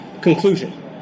Conclusion